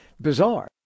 bizarre